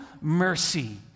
mercy